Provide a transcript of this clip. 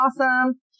awesome